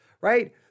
Right